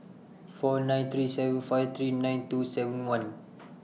four nine three seven five three nine two seven one